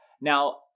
Now